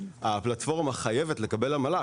והפלטפורמה חייבת לקבל עמלה.